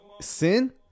Sin